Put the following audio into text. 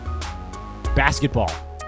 basketball